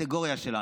לקטגוריה שלנו.